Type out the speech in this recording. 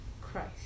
Christ